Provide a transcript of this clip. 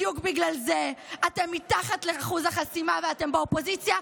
בדיוק בגלל זה אתן מתחת לאחוז החסימה ואתן באופוזיציה,